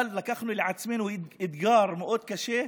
אבל לקחנו על עצמנו אתגר מאוד קשה,